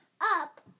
up